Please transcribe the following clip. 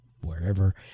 wherever